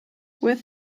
with